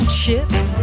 chips